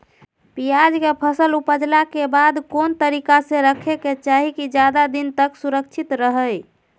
प्याज के फसल ऊपजला के बाद कौन तरीका से रखे के चाही की ज्यादा दिन तक सुरक्षित रहय?